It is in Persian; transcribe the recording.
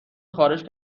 خارج